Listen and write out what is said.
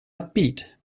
upbeat